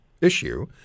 issue